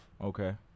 Okay